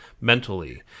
mentally